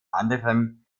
anderem